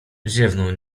ziewnął